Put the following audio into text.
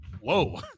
whoa